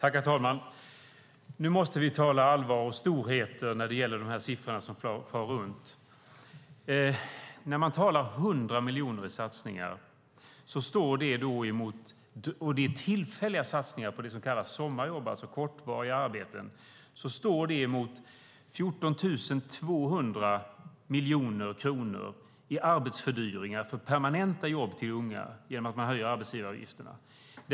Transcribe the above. Herr talman! Nu måste vi tala allvar och storheter när det gäller de siffror som far runt. När man talar om 100 miljoner i satsningar - tillfälliga satsningar på det som kallas för sommarjobb, alltså kortvariga arbeten - står det mot 14 200 miljoner kronor i arbetsfördyringar för permanenta jobb till unga genom att arbetsgivaravgifterna höjs.